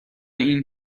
این